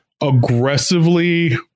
aggressively